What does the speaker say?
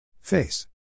Face